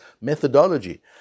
methodology